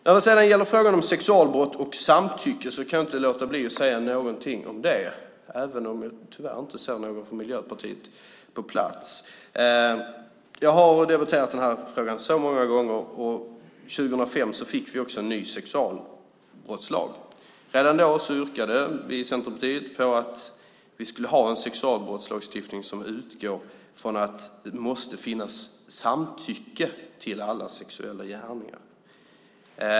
När det gäller frågan om sexualbrott och samtycke kan jag inte låta bli att säga något om den även om jag tyvärr inte ser någon från Miljöpartiet på plats. Jag har debatterat denna fråga så många gånger. År 2005 fick vi också en ny sexualbrottslag. Redan då yrkade Centerpartiet att vi skulle ha en sexualbrottslagstiftning som utgår från att det måste finnas samtycke till alla sexuella gärningar.